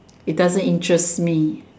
it doesn't interest me